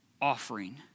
offering